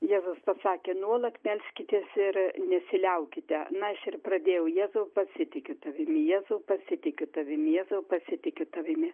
jėzus pasakė nuolat melskitės ir nesiliaukite na aš ir pradėjau jėzau pasitikiu tavimi jėzau pasitikiu tavimi jėzau pasitikiu tavimi